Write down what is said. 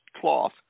cloth